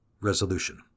Resolution